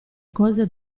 cose